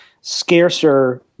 scarcer